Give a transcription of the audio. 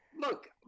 look